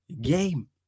game